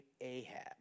Ahab